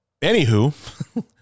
anywho